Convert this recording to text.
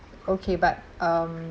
okay but um